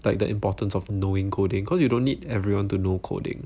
like the importance of knowing coding cause you don't need everyone to know coding